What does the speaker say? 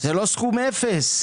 זה לא סכום אפס.